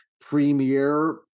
premier